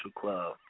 club